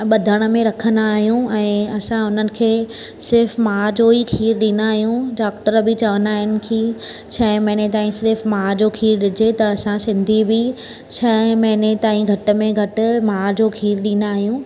ॿधण में रखंदा आहियूं ऐं असां उन्हनि खे सिर्फ़ु माउ जो ई खीरु ॾींदा आहियूं डॉक्टर बि चवंदा आहिनि की छहें महीने ताईं सिर्फ़ु माउ जो खीरु ॾिजे त असां सिंधी बि छहें महीने ताईं घटि में घटि माउ जो खीरु ॾींदा आहियूं